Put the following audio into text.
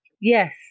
Yes